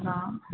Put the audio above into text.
हां